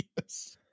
Yes